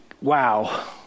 wow